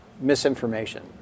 misinformation